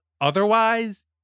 otherwise